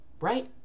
right